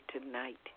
tonight